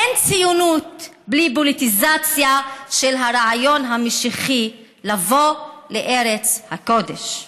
אין ציונות בלי פוליטיזציה של הרעיון המשיחי לבוא לארץ הקודש.